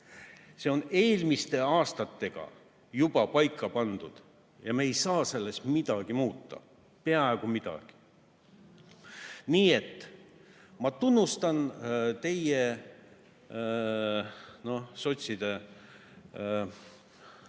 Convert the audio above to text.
See on eelmiste aastatega juba paika pandud ja me ei saa selles midagi muuta, peaaegu mitte midagi. Nii et ma tunnustan teie, sotside